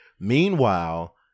meanwhile